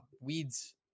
weeds